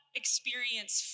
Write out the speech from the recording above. experience